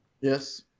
Yes